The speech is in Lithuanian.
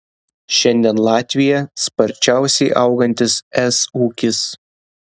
šiandien latvija sparčiausiai augantis es ūkis